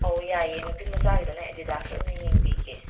ꯑꯧ ꯌꯥꯏꯌꯦ ꯅꯨꯄꯤꯃꯆꯥꯒꯤꯗꯨꯅ ꯑꯦꯗꯤꯗꯥꯁ ꯑꯣꯏꯅ ꯌꯦꯡꯕꯤꯒꯦ